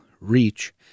reach